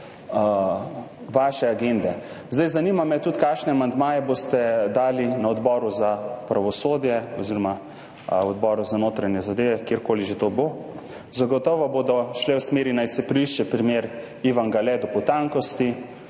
vaše agende. Zanima me tudi, kakšne amandmaje boste dali na Odboru za pravosodje oziroma Odboru za notranje zadeve, kjerkoli že to bo. Zagotovo bodo šle v smeri, naj se preišče primer Ivan Gale do potankosti.